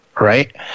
right